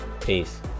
Peace